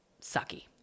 sucky